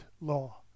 law